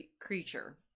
creature